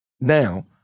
Now